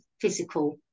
physical